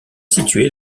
située